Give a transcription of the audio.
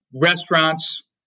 Restaurants